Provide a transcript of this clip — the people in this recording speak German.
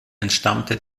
entstammte